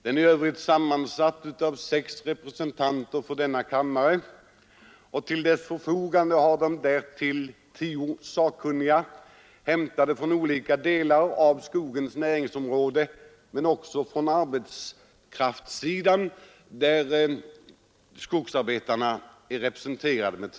Den är i övrigt sammansatt av sex representanter från denna kammare, och till sitt förfogande har utredningen också tio sakkunniga, hämtade från olika delar av skogens näringsområden. Men också skogsarbetarna har två representanter med.